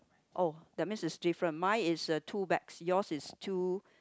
oh that means it's different mine is two bags yours is two